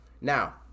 now